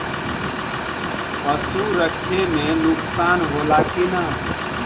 पशु रखे मे नुकसान होला कि न?